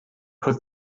put